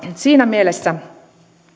siinä mielessä